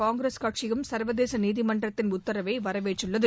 காங்கிரஸ் கட்சியும் சர்வதேச நீதிமன்றத்தின் உத்தரவை வரவேற்றுள்ளது